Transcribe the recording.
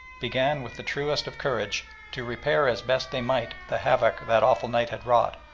began with the truest of courage to repair as best they might the havoc that awful night had wrought,